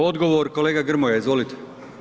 Odgovor, kolega Grmoja, izvolite.